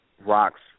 rocks